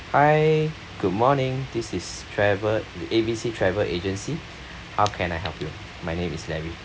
hi good morning this is travel A B C travel agency how can I help you my name is larry